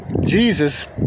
Jesus